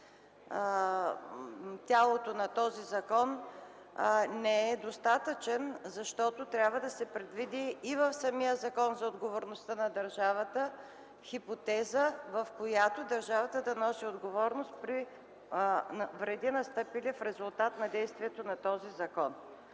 тялото на този закон, не е достатъчен, защото трябва да се предвиди и в самия Закон за отговорността на държавата хипотеза, в която държавата да носи отговорност при вреди, настъпили в резултат на действието на този закон.